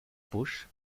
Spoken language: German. busch